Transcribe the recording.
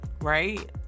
right